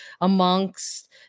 amongst